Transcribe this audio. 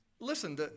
Listen